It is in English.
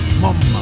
mama